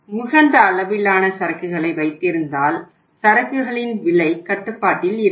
உகந்த அளவிலான சரக்குகளை வைத்திருந்தால் சரக்குகளின் விலை கட்டுப்பாட்டில் இருக்கும்